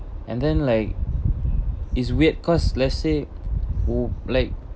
and then like it's weird cause let's say who like